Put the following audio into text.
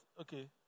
okay